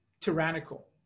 tyrannical